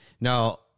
Now